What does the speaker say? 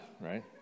right